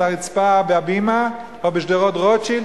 על הרצפה ב"הבימה" או בשדרות-רוטשילד,